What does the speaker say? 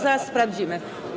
Zaraz sprawdzimy.